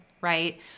right